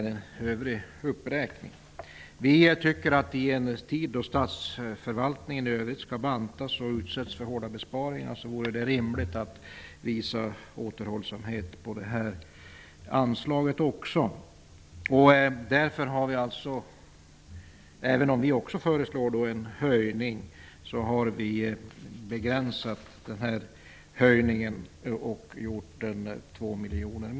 Resten gäller övrig uppräkning. Vi tycker att det i en tid då statsförvaltningen i övrigt skall bantas och utsättas för hårda besparingar vore rimligt att visa återhållsamhet också i fråga om det här anslaget. Visserligen föreslår också vi en höjning, men med 2 miljoner kronor mindre.